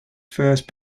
first